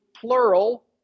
plural